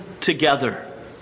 together